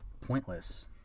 pointless